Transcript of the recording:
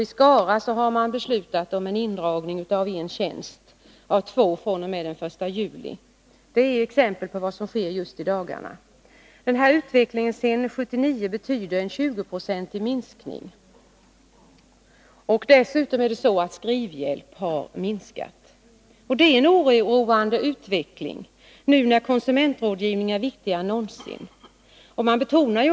I Skara har man beslutat om indragning av en tjänst av två fr.o.m. den 1 juli. Detta är exempel på vad som sker just i dagarna. Den här utvecklingen sedan 1979 betyder en 20-procentig minskning. Dessutom är det så att skrivhjälpen har minskat. Detta är en oroande utveckling nu när konsumentrådgivning är viktigare än någonsin.